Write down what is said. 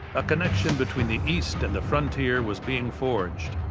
a connection between the east and the frontier was being forged.